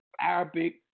Arabic